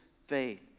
faith